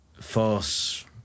force